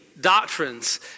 doctrines